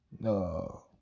No